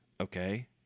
okay